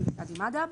קאדים וקאדים מדהב.